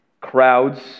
crowds